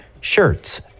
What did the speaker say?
shirts